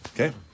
okay